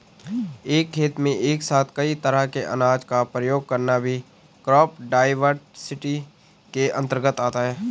एक खेत में एक साथ कई तरह के अनाज का प्रयोग करना भी क्रॉप डाइवर्सिटी के अंतर्गत आता है